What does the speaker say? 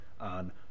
on